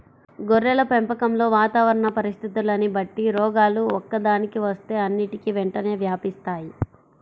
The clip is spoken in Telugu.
గొర్రెల పెంపకంలో వాతావరణ పరిస్థితులని బట్టి రోగాలు ఒక్కదానికి వస్తే అన్నిటికీ వెంటనే వ్యాపిస్తాయి